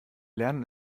lernen